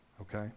Okay